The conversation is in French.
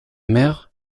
mère